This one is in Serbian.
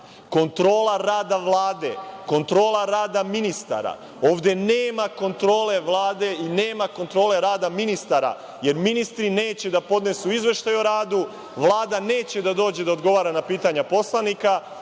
kontrola rada Vlade, kontrola rada ministara. Ovde nema kontrole Vlade i nema kontrole rada ministara, jer ministri neće da podnesu izveštaj o radu, Vlada neće da dođe da odgovara na pitanja poslanika,